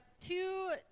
two